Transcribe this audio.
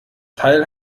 teil